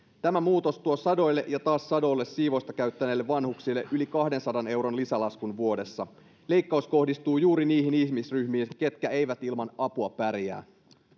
tämä muutos tuo sadoille ja taas sadoille siivousta käyttäneille vanhuksille yli kahdensadan euron lisälaskun vuodessa leikkaus kohdistuu juuri niihin ihmisryhmiin ketkä eivät ilman apua pärjää